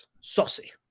Saucy